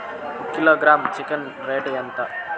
ఒక kilogram chicken rate ఎంత?